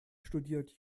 studiert